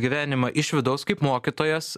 gyvenimą iš vidaus kaip mokytojas